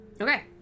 Okay